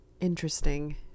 interesting